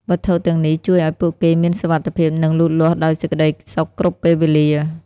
វត្ថុទាំងនេះជួយអោយពួកគេមានសុវត្ថិភាព និងលូតលាស់ដោយសេចក្តីសុខគ្រប់ពេលវេលា។